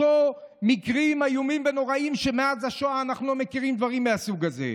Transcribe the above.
אותם מקרים איומים ונוראים שמאז השואה אנחנו לא מכירים דברים מהסוג הזה?